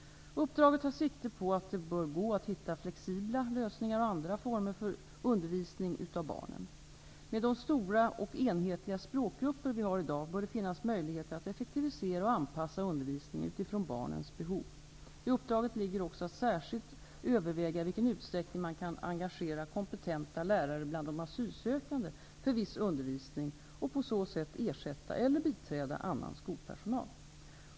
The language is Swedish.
Uppdraget tar sikte på att det bör gå att hitta flexibla lösningar och andra former för undervisningen av barnen. Med de stora och enhetliga språkgrupper vi har i dag bör det finnas möjligheter att effektivisera och anpassa undervisningen utifrån barnens behov. I uppdraget ligger också att särskilt överväga i vilken utsträckning man kan engagera kompetenta lärare bland de asylsökande för viss undervisning och på så sätt ersätta eller biträda annan skolpersonal.